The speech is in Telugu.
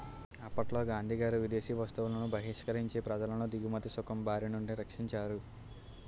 అప్పట్లో గాంధీగారు విదేశీ వస్తువులను బహిష్కరించి ప్రజలను దిగుమతి సుంకం బారినుండి రక్షించారు